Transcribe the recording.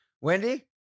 Wendy